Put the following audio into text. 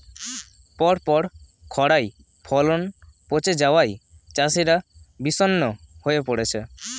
পরপর খড়ায় ফলন পচে যাওয়ায় চাষিরা বিষণ্ণ হয়ে পরেছে